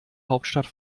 hauptstadt